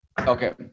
Okay